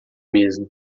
mesmo